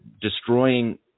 destroying